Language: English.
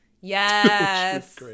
Yes